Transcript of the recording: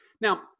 now